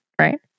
right